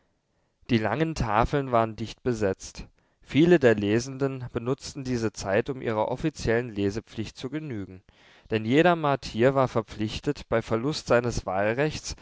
die langen tafeln waren dicht besetzt viele der lesenden benutzten diese zeit um ihrer offiziellen lesepflicht zu genügen denn jeder martier war verpflichtet bei verlust seines wahlrechts